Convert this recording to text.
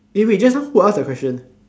eh wait just now who ask the question